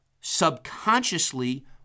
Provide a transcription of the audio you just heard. subconsciously